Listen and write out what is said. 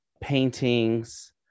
paintings